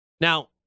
Now